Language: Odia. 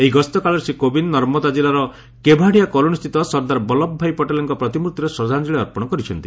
ଏହି ଗସ୍ତ କାଳରେ ଶ୍ରୀ କୋବିନ୍ଦ ନର୍ମଦା ଜିଲ୍ଲାର କେଭାଡ଼ିଆ କଲୋନିସ୍ଥିତ ସର୍ଦ୍ଦାର ବଲ୍ଲଭ ଭାଇ ପଟେଲଙ୍କ ପ୍ରତିମୂର୍ତ୍ତିରେ ଶ୍ରଦ୍ଧାଞ୍ଜଳି ଅର୍ପଣ କରିଛନ୍ତି